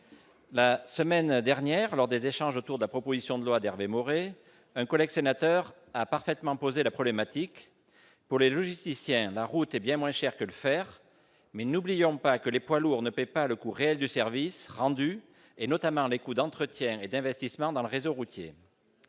La semaine dernière, lors des échanges autour de la proposition de loi d'Hervé Maurey, un collègue sénateur a parfaitement posé la problématique : pour les logisticiens, la route est bien moins chère que le fer, mais n'oublions pas que les poids lourds ne paient pas le coût réel du service rendu, notamment les coûts d'entretien et d'investissement dans le réseau routier.